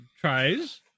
tries